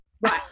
right